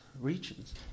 regions